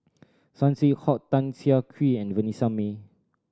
Saw Swee Hock Tan Siah Kwee and Vanessa Mae